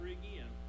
again